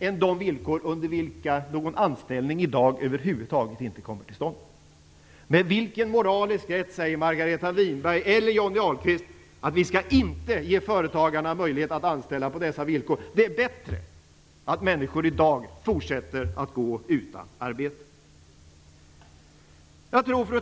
än de villkor under vilka en anställning i dag över huvud taget inte kommer till stånd. Med vilken moralisk rätt säger Margareta Winberg eller Johnny Ahlqvist att vi inte skall ge företagarna möjlighet att anställa på dessa villkor, och att det är bättre att människor i dag fortsätter att gå utan arbete? Fru talman!